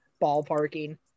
ballparking